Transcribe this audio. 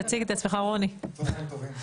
צהריים טובים,